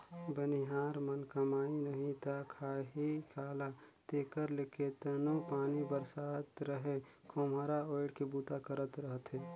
बनिहार मन कमाही नही ता खाही काला तेकर ले केतनो पानी बरसत रहें खोम्हरा ओएढ़ के बूता करत रहथे